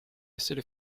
essere